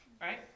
right